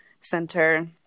center